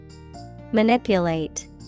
Manipulate